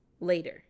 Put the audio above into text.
later